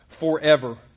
forever